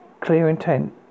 clear-intent